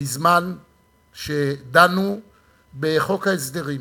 בזמן שדנו בחוק ההסדרים,